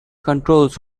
controls